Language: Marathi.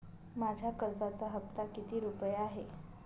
माझ्या कर्जाचा हफ्ता किती रुपये आहे?